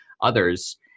others